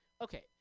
Okay